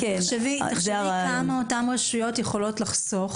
תחשבי כמה אותן רשויות יכולות לחסוך